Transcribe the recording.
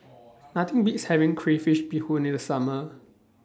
Nothing Beats having Crayfish Beehoon in The Summer